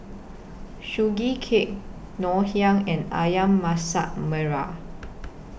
Sugee Cake Ngoh Hiang and Ayam Masak Merah